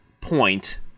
point